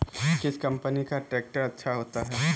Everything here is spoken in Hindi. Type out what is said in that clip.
किस कंपनी का ट्रैक्टर अच्छा होता है?